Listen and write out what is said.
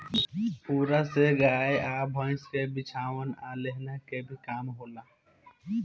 पुआरा से गाय आ भईस के बिछवाना आ लेहन के भी काम होला